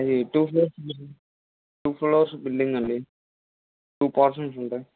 ఇది two floors two floors building అండి two portions ఉంటాయి